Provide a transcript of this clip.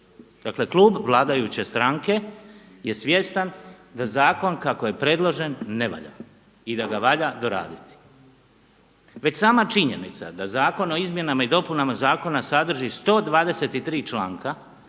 Dakle, klub vladajuće stranke je svjestan da zakon kako je predložen ne valja i da ga valja doraditi. Već sama činjenica da zakon o izmjenama i dopunama Zakona sadrži 123 članka